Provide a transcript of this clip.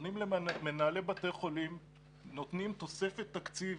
נותנים למנהלי בתי חולים תוספת תקציב,